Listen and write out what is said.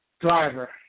driver